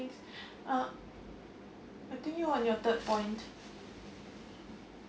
next uh I think you're on your third point